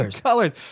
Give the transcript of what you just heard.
colors